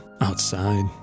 outside